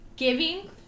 Giving